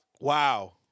Wow